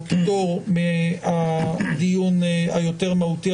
אני מתכבד לפתוח את דיון ועדת החוקה,